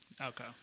Okay